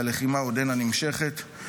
והלחימה עודנה נמשכת.